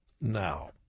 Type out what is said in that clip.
Now